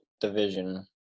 division